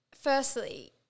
firstly